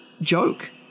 joke